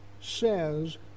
says